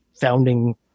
founding